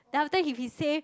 then after that if he say